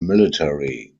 military